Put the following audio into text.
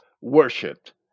worshipped